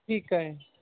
ਠੀਕ ਹੈ